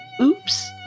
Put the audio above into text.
Oops